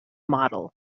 model